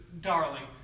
darling